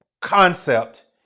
concept